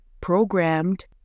programmed